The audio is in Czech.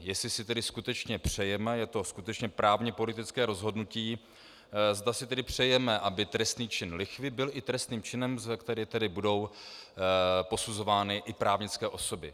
Jestli si skutečně přejeme, je to skutečně právně politické rozhodnutí, zda si přejeme, aby trestný čin lichvy byl i trestným činem, za který budou posuzovány i právnické osoby.